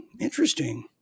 interesting